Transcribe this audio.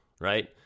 right